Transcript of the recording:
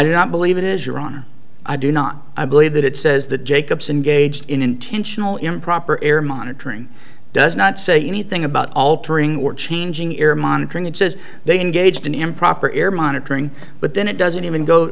do not believe it is your honor i do not i believe that it says the jacobson gauge intentional improper air monitoring does not say anything about altering or changing air monitoring it says they engaged in improper air monitoring but then it doesn't even go